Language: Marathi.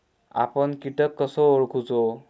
आपन कीटक कसो ओळखूचो?